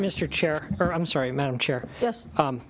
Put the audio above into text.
mr chair i'm sorry madam chair